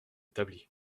établi